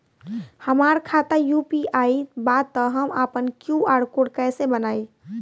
हमार खाता यू.पी.आई बा त हम आपन क्यू.आर कोड कैसे बनाई?